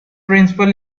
principal